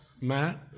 Matt